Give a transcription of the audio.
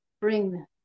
bring